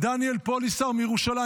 דניאל פוליסר מירושלים,